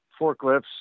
forklifts